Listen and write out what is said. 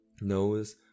knows